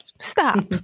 Stop